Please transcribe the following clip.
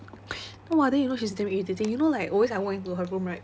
no !wah! then you know she's damn irritating you know like always I walk into her room right